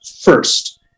first